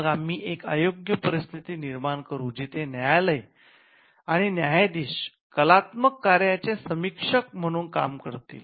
मग आम्ही एक अयोग्य परिस्थिती निर्माण करू जिथे न्यायालय आणि न्यायाधीश कलात्मक कार्याचे समीक्षक म्हणून काम करतील